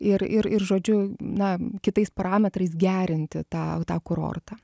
ir ir ir žodžiu na kitais parametrais gerinti tą tą kurortą